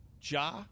Ja